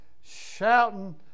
Shouting